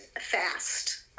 fast